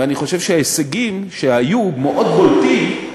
ואני חושב שההישגים, שהיו מאוד בולטים,